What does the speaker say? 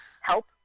help